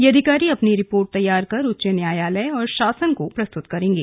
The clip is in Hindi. ये अधिकारी अपनी रिर्पोट तैयार कर उच्च न्यायालय और शासन को प्रस्तुत करेंगे